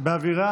באווירה